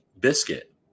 biscuit